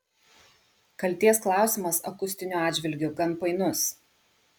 kaltės klausimas akustiniu atžvilgiu gan painus